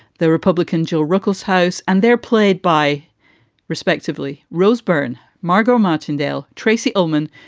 the republican, joe rekkles house. and they're played by respectively, rose byrne, margo martindale, tracey ullman,